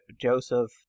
Joseph